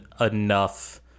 enough